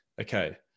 okay